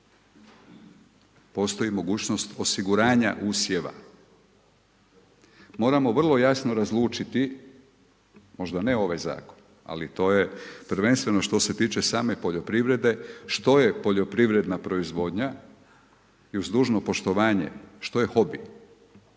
postoji mogućnost osiguranja usjeva. Moramo vrlo jasno razlučiti, možda ne ovaj zakon, ali to je prvenstveno što se tiče same poljoprivrede, što je poljoprivreda proizvodnja i uz dužno poštovanje, što je hobi.